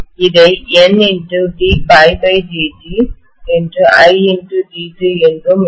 இதை Nd∅dt என்றும் எழுதலாம்